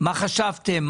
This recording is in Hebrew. מה חשבתם?